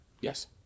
Yes